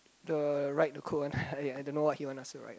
the write the code one I don't know what he want us to write